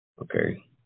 Okay